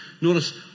notice